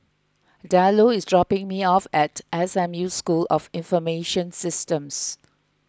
Diallo is dropping me off at S M U School of Information Systems